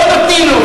לא נותנים לו.